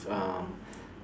um